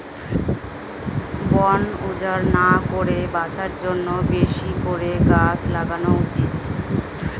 বন উজাড় না করে বাঁচার জন্যে বেশি করে গাছ লাগানো উচিত